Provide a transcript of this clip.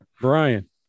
Brian